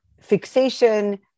fixation